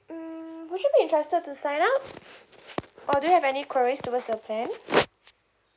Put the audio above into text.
hmm would you be interested to sign up or do you have any queries towards the plan